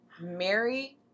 Mary